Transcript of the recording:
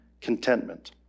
contentment